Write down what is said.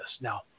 Now